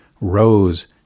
Rose